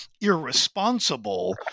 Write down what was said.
irresponsible